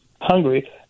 hungry